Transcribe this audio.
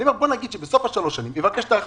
אני אומר שבסוף שלוש השנים יבקש את ההארכה,